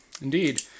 Indeed